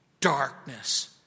darkness